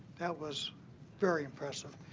that was very impressive.